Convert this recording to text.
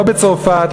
לא בצרפת,